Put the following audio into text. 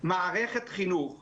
מערכת חינוך ז'-י"ב,